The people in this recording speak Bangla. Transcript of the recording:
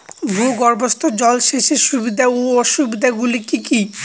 ভূগর্ভস্থ জল সেচের সুবিধা ও অসুবিধা গুলি কি কি?